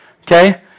Okay